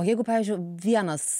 o jeigu pavyzdžiu vienas